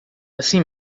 assim